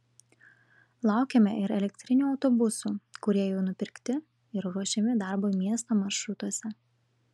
laukiame ir elektrinių autobusų kurie jau nupirkti ir ruošiami darbui miesto maršrutuose